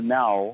now